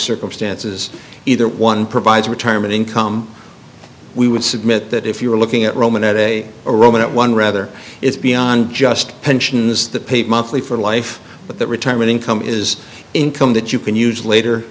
circumstances either one provides retirement income we would submit that if you were looking at roman at a roman at one rather it's beyond just pensions that paid monthly for life but that retirement income is income that you can use later